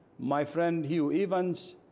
my friend hugh evans,